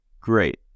great